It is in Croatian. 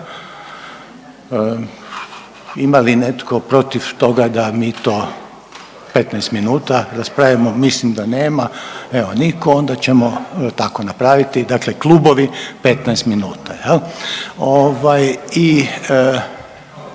Ima li netko protiv toga da mi to 15 minuta raspravimo? Mislim da nema evo niko, onda ćemo tako napraviti, dakle klubovi 15 minuta